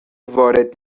وارد